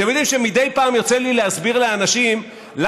אתם יודעים שמדי פעם יוצא לי להסביר לאנשים למה,